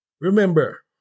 Remember